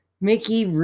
Mickey